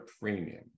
premium